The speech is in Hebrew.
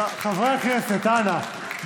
חברי הכנסת, אנא.